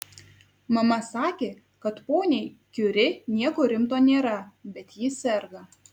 mama sakė kad poniai kiuri nieko rimto nėra bet ji serga